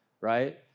right